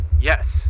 yes